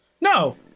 No